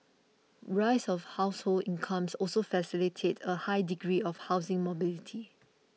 rise of household incomes also facilitated a high degree of housing mobility